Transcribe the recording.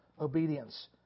obedience